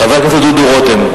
חבר הכנסת דודו רותם.